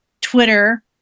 Twitter